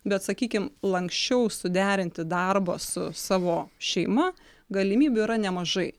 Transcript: bet sakykim lanksčiau suderinti darbą su savo šeima galimybių yra nemažai